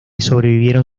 sobrevivieron